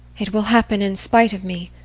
it will happen in spite of me!